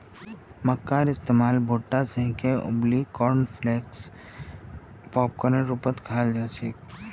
मक्कार इस्तमाल भुट्टा सेंके उबलई कॉर्नफलेक्स पॉपकार्नेर रूपत खाल जा छेक